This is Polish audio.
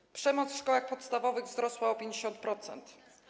Poziom przemocy w szkołach podstawowych wzrósł o 50%.